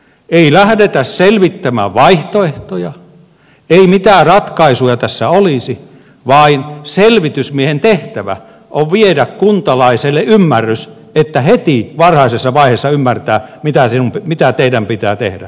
ei lähdetä selvittämään vaihtoehtoja ei sitä mitä ratkaisuja tässä olisi vaan selvitysmiehen tehtävä on viedä kuntalaisille ymmärrys että nämä heti varhaisessa vaiheessa ymmärtävät mitä heidän pitää tehdä